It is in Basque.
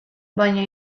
baina